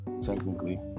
technically